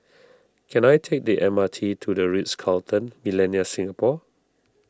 can I take the M R T to the Ritz Carlton Millenia Singapore